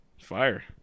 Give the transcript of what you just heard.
Fire